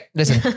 listen，